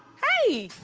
hey!